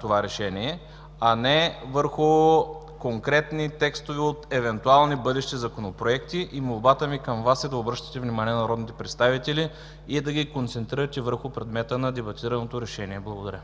това решение, а не върху конкретни текстове от евентуални бъдещи законопроекти. Молбата ми към Вас е да обръщате внимание на народните представители и да ги концентрирате върху предмета на дебатираното решение. Благодаря.